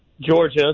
Georgia